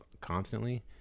constantly